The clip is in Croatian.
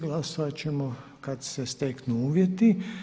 Glasovat ćemo kad se steknu uvjeti.